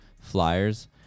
flyers